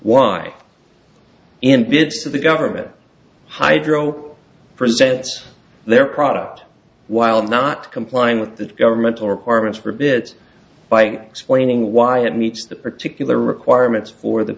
why in bits of the government hydro presents their product while not complying with the governmental requirements for a bit by explaining why it meets the particular requirements for the